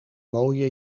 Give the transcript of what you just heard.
mooie